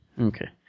Okay